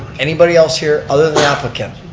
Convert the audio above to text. anybody else here, other than applicant?